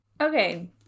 Okay